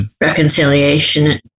reconciliation